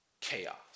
chaos